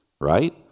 Right